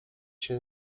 się